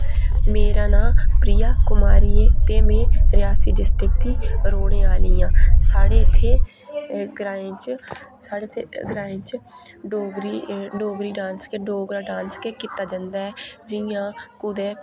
मेरा नांऽ प्रिया कुमारी ऐ ते में रियासी डिस्ट्रिक दी रौह्ने आह्ली आं साढ़े इत्थें ग्राएं च साढ़े इत्थें ग्राएं च डोगरी डांस डोगरा डांस गै कीता जंदा ऐ जि'यां कुतै